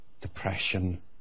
depression